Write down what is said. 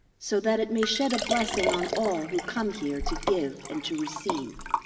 so that it may shed a blessing on all who come here to give and to receive.